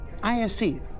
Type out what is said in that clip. ISC